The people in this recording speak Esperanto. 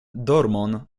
dormon